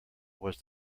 was